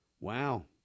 Wow